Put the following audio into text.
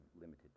limited